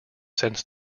since